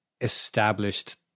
established